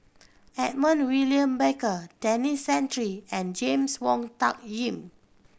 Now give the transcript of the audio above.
Edmund William Barker Denis Santry and James Wong Tuck Yim